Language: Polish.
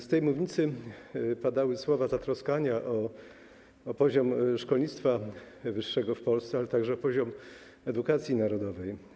Z tej mównicy padały słowa zatroskania o poziom szkolnictwa wyższego w Polsce, ale także o poziom edukacji narodowej.